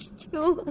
to